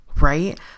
right